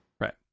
Right